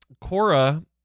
Cora